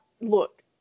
look